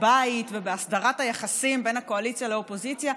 הבית ובהסדרת היחסים בין הקואליציה לאופוזיציה,